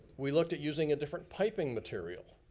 we looked at using a different piping material.